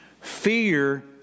Fear